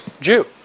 Jew